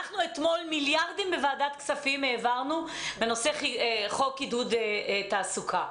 אתמול העברנו מיליארדים בוועדת כספים בנושא חוק עידוד תעסוקה.